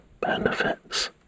benefits